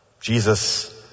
Jesus